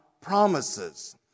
promises